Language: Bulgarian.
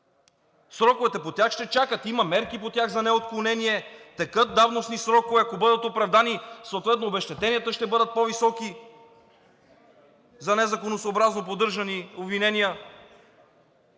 Сроковете по тях ще чакат. Има мерки по тях за неотклонение, текат давностни срокове, а ако бъдат оправдани, съответно обезщетенията ще бъдат по високи за незаконосъобразно поддържани обвинения.